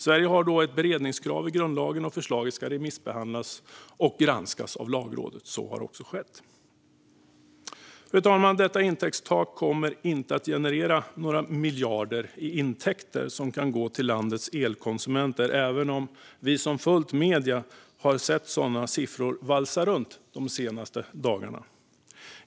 Sverige har ett beredningskrav i grundlagen, och förslaget ska remissbehandlas och granskas av Lagrådet. Så har också skett. Fru talman! Detta intäktstak kommer inte att generera några miljarder i intäkter som kan gå till landets elkonsumenter, även om vi som följt medierna de senaste dagarna har sett sådana siffror valsa runt.